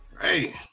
Hey